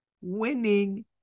winning